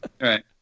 Right